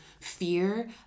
fear